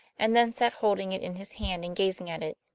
and then sat holding it in his hand and gazing at it.